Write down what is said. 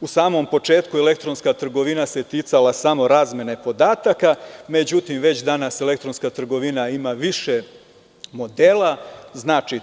U samom početku elektronska trgovina se ticala samo razmene podataka, međutim već danas elektronska trgovina ima više modela,